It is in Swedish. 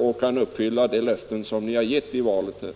och kan inte uppfylla de löften som ni gav i valrörelsen.